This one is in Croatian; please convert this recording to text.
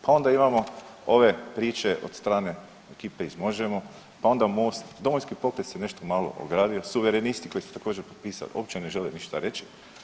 Pa onda imamo ove priče od strane ekipe iz Možemo, pa onda MOST, Domovinski pokret se nešto ogradio, suverenisti koji su također potpisali uopće ne žele ništa reći.